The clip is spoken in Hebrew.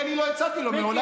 כי אני לא הצעתי לו מעולם.